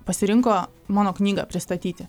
pasirinko mano knygą pristatyti